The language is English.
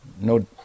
No